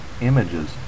images